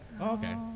Okay